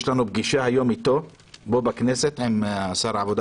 יש לנו היום פגישה בכנסת עם שר העבודה